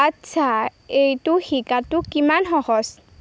আচ্ছা এইটো শিকাটো কিমান সহজ